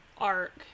arc